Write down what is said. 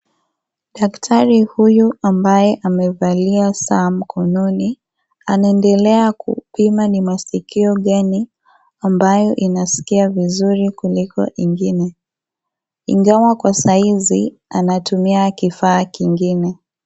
Daktari huyu ambaye amevalia saa mkononi anaendelea kupima ni masikio ambayo inasikia vizuri kuliko ingine, ingawa kwa saa hizi anatumia kifaa kingine .